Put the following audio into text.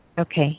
Okay